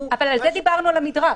על זה דיברנו בעניין המדרג.